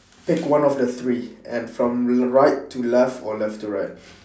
pick one of the three and from the right to left or left to right